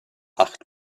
acht